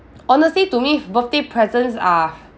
honestly to me birthday presents are